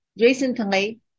recently